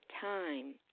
time